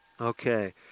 Okay